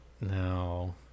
no